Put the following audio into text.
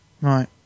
Right